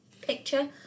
picture